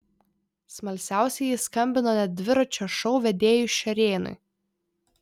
smalsiausieji skambino net dviračio šou vedėjui šerėnui